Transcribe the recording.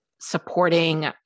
supporting